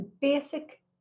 basic